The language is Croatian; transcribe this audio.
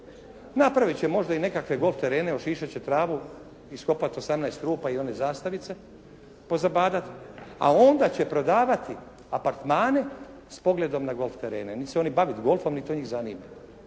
napraviti će možda i nekakve golf terene, ošišati će travu, iskopati 18 rupa i one zastavice, pozabadat, a onda će prodavati apartmane s pogledom na golf terene, niti će se oni baviti golfom niti to njih zanima.